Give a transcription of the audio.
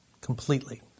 completely